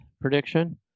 prediction